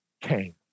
came